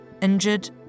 injured